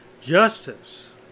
Justice